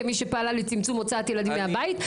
כמי שפעלה לצמצום הוצאת ילדים מהבית,